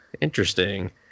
interesting